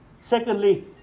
Secondly